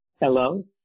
Hello